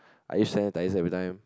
I use sanitizer every time